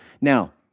Now